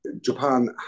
Japan